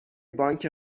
بانک